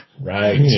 Right